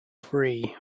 free